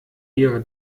ihre